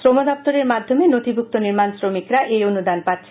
শ্রম দপ্তরের মাধ্যমে নথিভুক্ত নির্মণ শ্রমিকরা এই অনুদান পাচ্ছেন